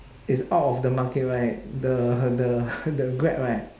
is out of the market right the the the grab right